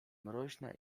mroźna